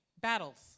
battles